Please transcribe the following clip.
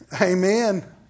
Amen